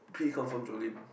P confirm Jolin